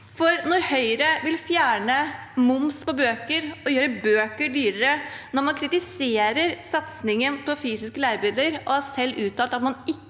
Høyre vil fjerne moms på bøker og gjøre bøker dyrere. Man kritiserer satsingen på fysiske læremidler og har uttalt at man ikke